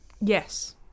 Yes